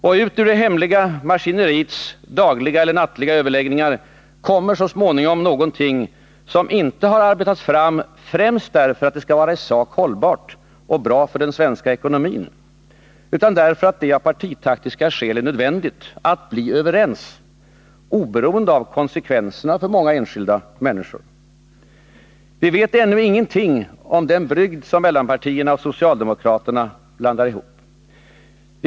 Och ut ur det hemliga maskineriets dagliga eller nattliga överläggningar kommer så småningom någonting som inte arbetats fram främst därför att det skall vara i sak hållbart och bra för den svenska ekonomin, utan därför att det av partitaktiska skäl är nödvändigt att bli överens oberoende av konsekvenserna för många enskilda människor. Vi vet ännu ingenting om den brygd mellanpartierna och socialdemokraterna blandar ihop.